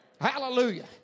Hallelujah